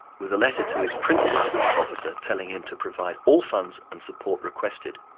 with a letter to his principal staff officer telling him to provide all funds and support requested,